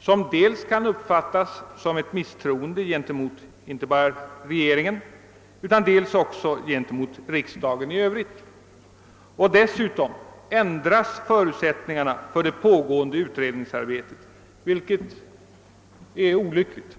som kan uppfattas som ett misstroende mot inte bara regeringen utan också riksdagen i övrigt. Dessutom ändras förutsättningarna för det pågående utredningsarbetet, något som måste vara olyckligt.